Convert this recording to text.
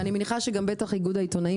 ואני מניחה שבטח גם איגוד העיתונאים